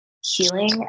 healing